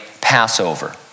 Passover